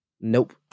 Nope